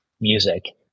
music